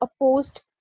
opposed